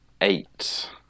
eight